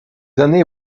années